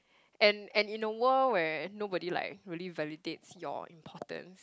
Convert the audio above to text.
and and in a world where nobody like really validates your importance